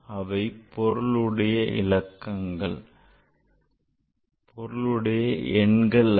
அவை பொருளுடைய இலக்கங்கள் பொருளுடைய எண்கள் அல்ல